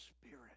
Spirit